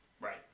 Right